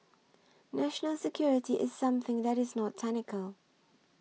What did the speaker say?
national security is something that is not technical